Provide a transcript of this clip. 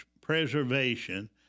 preservation